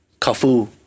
Kafu